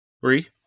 Three